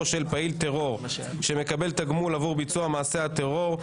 של פעיל טרור שמקבל תגמול עבור ביצוע מעשה הטרור,